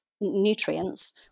nutrients